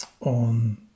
on